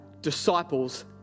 disciples